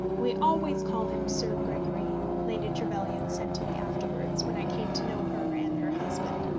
we always call him sir gregory, lady trevelyan said to me afterwards, when i came to know her and her husband.